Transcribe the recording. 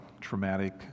traumatic